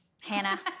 Hannah